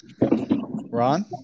Ron